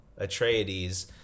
Atreides